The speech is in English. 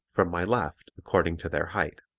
from my left according to their height.